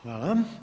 Hvala.